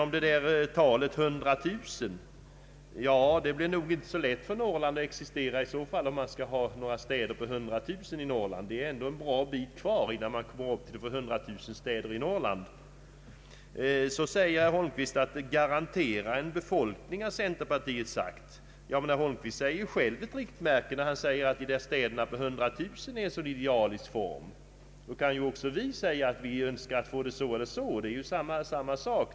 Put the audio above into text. Vad det där talet 100 000 beträffar, så blir det nog inte så lätt för Norrland att existera, om man skall ha städer av den storleken där. Det är en bra bit kvar för städerna i Norrland att komma upp till den storleken. Herr Holmqvist säger att centerpartiet har sagt att man skall garantera en viss befolkningsstorlek. Herr Holmqvist ger ju själv ett riktmärke när han säger att 100 000 är en idealisk storlek för dessa städer. Då kan ju också vi säga att vi önskar få det så eller så. Det är samma sak.